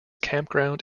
campground